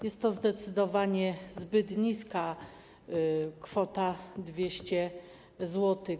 Jest to zdecydowanie zbyt niska kwota, 200 zł.